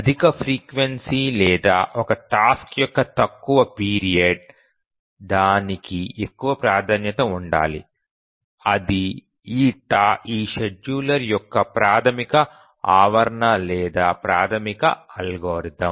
అధిక ఫ్రీక్వెన్సీ లేదా ఒక టాస్క్ యొక్క తక్కువ పీరియడ్ దానికి ఎక్కువ ప్రాధాన్యత ఉండాలి అది ఈ షెడ్యూలర్ యొక్క ప్రాథమిక ఆవరణ లేదా ప్రాథమిక అల్గోరిథం